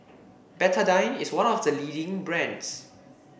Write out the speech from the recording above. Betadine is one of the leading brands